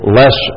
less